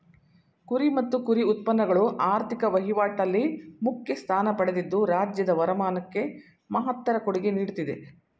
ಕುರಿ ಮತ್ತು ಕುರಿ ಉತ್ಪನ್ನಗಳು ಆರ್ಥಿಕ ವಹಿವಾಟಲ್ಲಿ ಮುಖ್ಯ ಸ್ಥಾನ ಪಡೆದಿದ್ದು ರಾಜ್ಯದ ವರಮಾನಕ್ಕೆ ಮಹತ್ತರ ಕೊಡುಗೆ ನೀಡ್ತಿದೆ